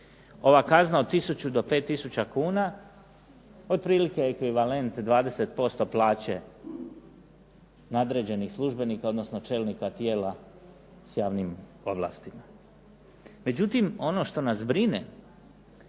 Ova kazna od tisuću od 5 tisuća kuna otprilike je ekvivalent 20% plaće nadređenih službenika, odnosno čelnika tijela s javnim ovlastima. Međutim ono što nas brine